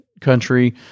country